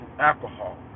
alcohol